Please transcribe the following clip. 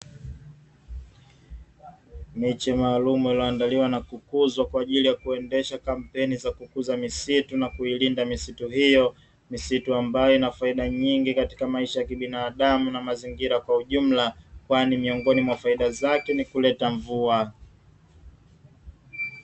Miche maalumu iliyoandaliwa na kukuzwa kwa ajili ya kuendesha kampeni za kukuza misitu na kuilinda misitu hiyo, misitu ambayo ina faida nyingi katika maisha ya kibinadamu na mazingira kwa ujumla kwani miongoni mwa faida zake ni kuleta mvua.